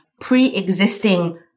pre-existing